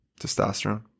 Testosterone